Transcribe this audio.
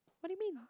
what do you mean